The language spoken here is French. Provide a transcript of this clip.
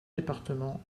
départements